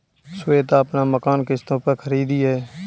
श्वेता अपना मकान किश्तों पर खरीदी है